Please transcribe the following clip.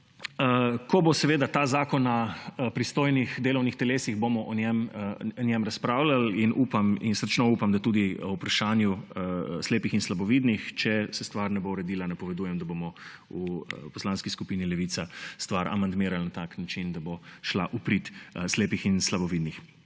Ko bo seveda ta zakon na pristojnih delovnih telesih, bomo o njem razpravljali; in srčno upam, da tudi o vprašanju slepih in slabovidnih. Če se stvar ne bo uredila, napovedujem, da bomo v Poslanski skupini Levica stvar amandmirali na tak način, da bo šla v prid slepih in slabovidnih.